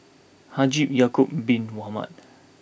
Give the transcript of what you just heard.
Haji Ya'Acob Bin Mohamed